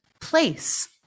place